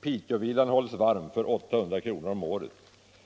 —-—-— Piteå-villa hålls varm för 800 kronor